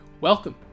Welcome